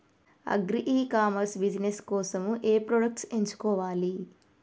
Agri e commerce business కోసము ఏ products ఎంచుకోవాలి?